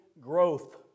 growth